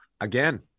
again